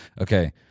okay